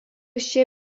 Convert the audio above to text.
šie